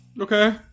okay